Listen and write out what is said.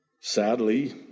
Sadly